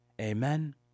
Amen